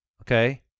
Okay